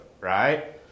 right